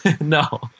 No